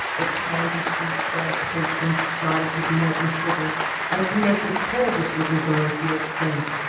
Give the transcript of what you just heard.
the candied fruits so caked and spotted with molten sugar as to make the coldest lookers-on feel faint,